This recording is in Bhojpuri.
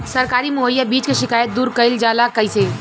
सरकारी मुहैया बीज के शिकायत दूर कईल जाला कईसे?